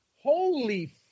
Holy